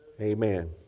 Amen